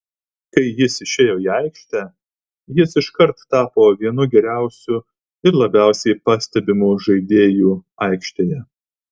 kai jis išėjo į aikštę jis iškart tapo vienu geriausiu ir labiausiai pastebimu žaidėju aikštėje